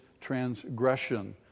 transgression